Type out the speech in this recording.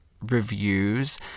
reviews